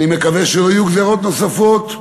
אני מקווה שלא יהיו גזירות נוספות,